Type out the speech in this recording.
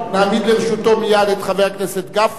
נעמיד לרשותו מייד את חבר הכנסת גפני,